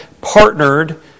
partnered